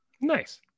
Nice